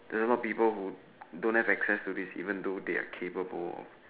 there's a lot of people who do not have access to this even though they are capable